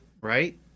right